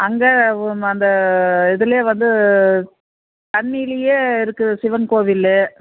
அங்கே வ் அந்த இதிலே வந்து தண்ணியிலே இருக்குது சிவன் கோவில்